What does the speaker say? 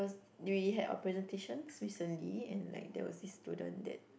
there was we had our presentations recently and like there was this student that